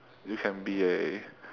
you can be a